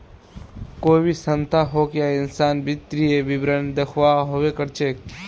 कोई भी संस्था होक या इंसान वित्तीय विवरण दखव्वा हबे कर छेक